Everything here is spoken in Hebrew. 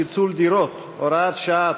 פיצול דירות) (הוראת שעה),